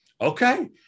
okay